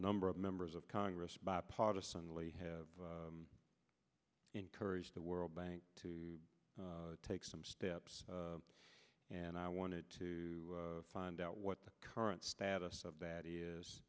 number of members of congress bipartisan lay have encouraged the world bank to take some steps and i wanted to find out what the current status of that is